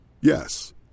Yes